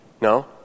No